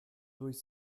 durch